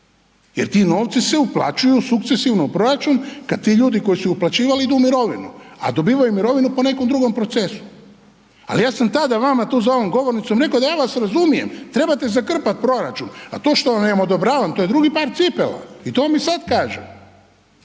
jer ti novci se uplaćuju sukcesivno u proračun kada ti ljudi koji su uplaćivali idu u mirovinu, a dobivaju mirovinu po nekom drugom procesu. Ali ja sam tada vama tu za ovom govornicom rekao da ja vas razumijem, trebate zakrpati proračun, a to što vam ja ne odobravam to je drugi par cipela i to vam i sada kažem.